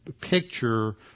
picture